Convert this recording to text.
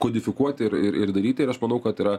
kodifikuoti ir ir ir daryti ir aš manau kad yra